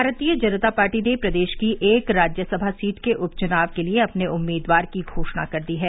भारतीय जनता पार्टी ने प्रदेश की एक राज्यसभा सीट के उप चुनाव के लिए अपने उम्मीदवार की घोषणा कर दी है